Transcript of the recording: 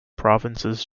provinces